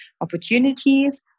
opportunities